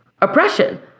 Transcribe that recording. oppression